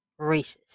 racist